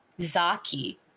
Zaki